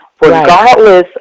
Regardless